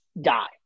die